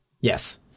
Yes